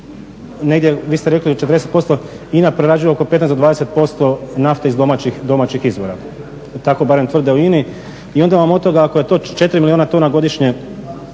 negdje, vi ste rekli 40%, INA prerađuje oko 15 do 20% nafte iz domaćih izvora, tako barem tvrde u INA-i i onda vam od toga ako je to 4 milijuna tona godišnje